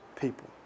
people